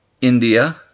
India